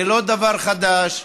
זה לא דבר חדש,